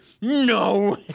no